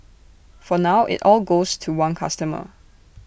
for now IT all goes to one customer